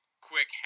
quick